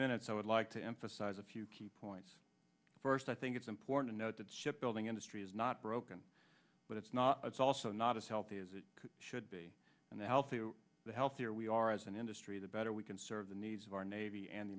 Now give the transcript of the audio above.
minutes i would like to emphasize a few key points first i think it's important to note that ship building industry is not broken but it's not it's also not as healthy as it should be and the healthy healthier we are as an industry the better we can serve the needs of our navy and the